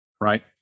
right